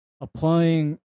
applying